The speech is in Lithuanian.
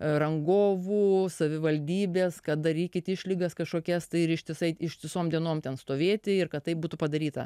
rangovų savivaldybės kad darykit išlygas kažkokias tai ir ištisai ištisom dienom ten stovėti ir kad taip būtų padaryta